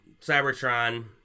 Cybertron